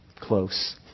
Close